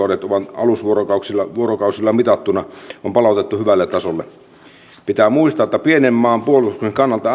alusvuorokausilla mitattuna on palautettu hyvälle tasolle pitää muistaa että pienen maan puolustamisen kannalta